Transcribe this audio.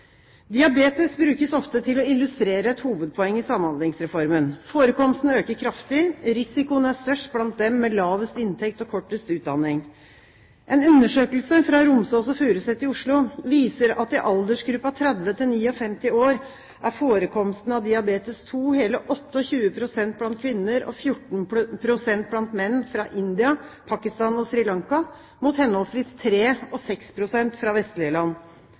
Diabetes brukes ofte til å illustrere et hovedpoeng i Samhandlingsreformen. Forekomsten øker kraftig. Risikoen er størst blant dem med lavest inntekt og kortest utdanning. En undersøkelse fra Romsås og Furuset i Oslo viser at i aldersgruppa 30–59 år er forekomsten av diabetes 2 hele 28 pst. blant kvinner og 14 pst. blant menn fra India, Pakistan og Sri Lanka, mot henholdsvis 3 og 6 pst. fra vestlige land.